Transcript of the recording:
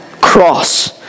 cross